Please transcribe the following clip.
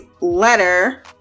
letter